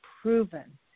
proven